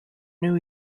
new